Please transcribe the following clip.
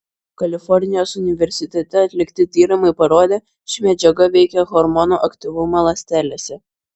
kalifornijos universitete atlikti tyrimai parodė ši medžiaga veikia hormonų aktyvumą ląstelėse